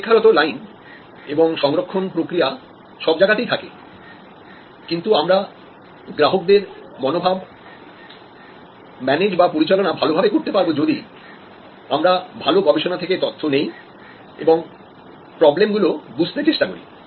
অপেক্ষারত line এবং reservation প্রক্রিয়া সব জায়গাতেই থাকে কিন্তু আমরা গ্রাহকদের মনোভাব ম্যানেজ বা পরিচালনা ভালোভাবে করতে পারব যদি আমরা ভালো গবেষণা থেকে তথ্য নেই এবং প্রবলেম গুলো বুঝতে চেষ্টা করি